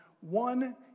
one